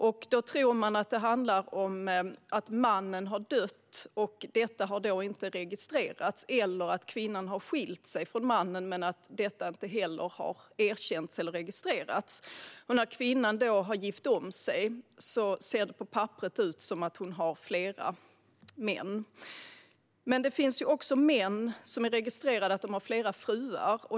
Man tror att det handlar om att mannen har dött och att detta inte har registrerats eller att kvinnan har skilt sig från mannen och att detta inte heller har erkänts eller registrerats. När kvinnan sedan har gift om sig ser det på papperet ut som att hon har flera män. Det finns också män som är registrerade som att de har flera fruar.